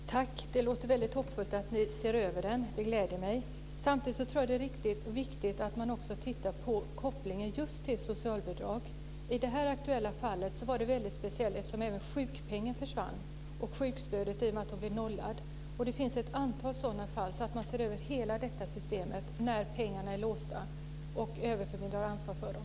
Fru talman! Det låter väldigt hoppfullt att ni ser över detta. De gläder mig. Samtidigt tror jag att det är viktigt att man också tittar på kopplingen till socialbidrag. I det här aktuella fallet var det väldigt speciellt eftersom även sjukpengen försvann. Det gjorde också sjukstödet i och med att hon blev nollad. Det finns ett antal sådana fall, så det gäller att man ser över hela det här systemet när pengarna är låsta och överförmyndare har ansvaret för dem.